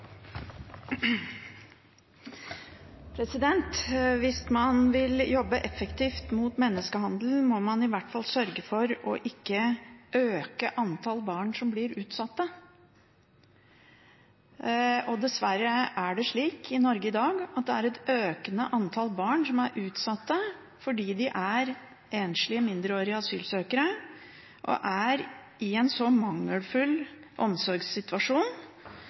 Hvis man vil jobbe effektivt mot menneskehandel, må man i hvert fall sørge for ikke å øke antallet barn som blir utsatt for det. Dessverre er det slik i Norge i dag at et økende antall barn er utsatt fordi de er enslige mindreårige asylsøkere og i en så mangelfull omsorgssituasjon